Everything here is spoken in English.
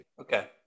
okay